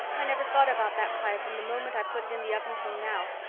i never thought about that pie from the moment i put it in the oven till now,